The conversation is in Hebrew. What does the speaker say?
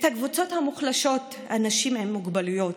את הקבוצות המוחלשות: אנשים עם מוגבלויות,